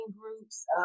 groups